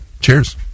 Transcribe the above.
Cheers